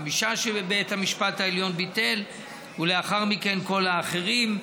לחמישה בית המשפט העליון ביטל ולאחר מכן לכל האחרים.